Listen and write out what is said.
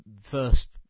first